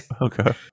okay